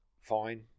fine